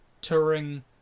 touring